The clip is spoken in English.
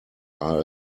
are